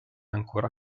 ancora